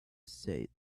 said